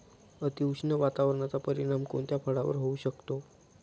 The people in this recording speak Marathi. अतिउष्ण वातावरणाचा परिणाम कोणत्या फळावर होऊ शकतो?